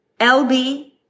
LB